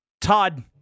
Todd